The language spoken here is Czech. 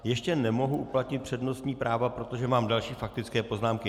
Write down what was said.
Ještě nemohu uplatnit přednostní práva, protože mám další faktické poznámky.